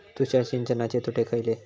तुषार सिंचनाचे तोटे खयले?